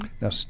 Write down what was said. now